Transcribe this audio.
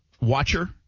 watcher